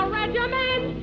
regiment